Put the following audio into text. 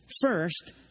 first